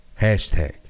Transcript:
hashtag